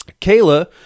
Kayla